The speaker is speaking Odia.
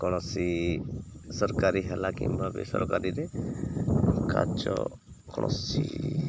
କୌଣସି ସରକାରୀ ହେଲା କିମ୍ବା ବେସରକାରୀରେ କାର୍ଯ୍ୟ କୌଣସି